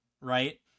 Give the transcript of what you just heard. right